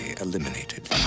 eliminated